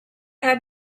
had